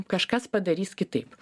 kažkas padarys kitaip